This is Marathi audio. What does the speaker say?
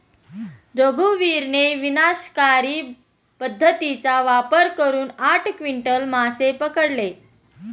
रघुवीरने विनाशकारी पद्धतीचा वापर करून आठ क्विंटल मासे पकडले